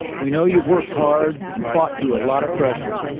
we know you've worked hard and fought through a lot of pressure.